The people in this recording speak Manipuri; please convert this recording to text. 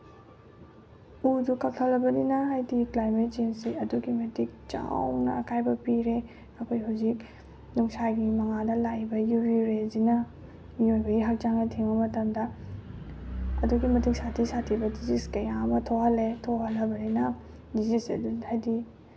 ꯎꯗꯨ ꯀꯛꯊꯠꯂꯕꯅꯤꯅ ꯍꯥꯏꯗꯤ ꯀ꯭ꯂꯥꯏꯃꯦꯠ ꯆꯦꯟꯖꯁꯤ ꯑꯗꯨꯛꯀꯤ ꯃꯇꯤꯛ ꯆꯥꯎꯅ ꯑꯀꯥꯏꯕ ꯄꯤꯔꯦ ꯑꯩꯈꯣꯏ ꯍꯧꯖꯤꯛ ꯅꯨꯡꯁꯥꯒꯤ ꯃꯉꯥꯜꯗ ꯂꯥꯛꯏꯕ ꯌꯨ ꯕꯤ ꯔꯦꯁꯤꯅ ꯃꯤꯑꯣꯏꯕꯒꯤ ꯍꯛꯆꯥꯡꯗ ꯊꯦꯡꯕ ꯃꯇꯝꯗ ꯑꯗꯨꯛꯀꯤ ꯃꯇꯤꯛ ꯁꯥꯊꯤ ꯁꯥꯊꯤꯕ ꯗꯤꯖꯤꯁ ꯀꯌꯥ ꯑꯃ ꯊꯣꯛꯍꯜꯂꯦ ꯊꯣꯛꯍꯜꯂꯕꯅꯤꯅ ꯗꯤꯖꯤꯁ ꯑꯗꯨ ꯍꯥꯏꯗꯤ